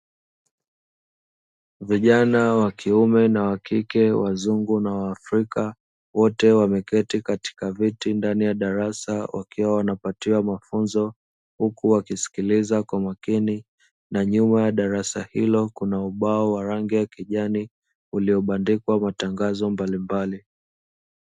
Vijana wa kiume na wa kike, wazungu na waafrika, wote wameketi katika viti ndani ya darasa, wakipatiwa mafunzo huku wakisikiliza kwa makini, na nyuma ya darasa hilo kuna ubao wa rangi ya kijani uliobandikwa matangazo mbalimbali.